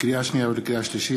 לקריאה שנייה ולקריאה שלישית,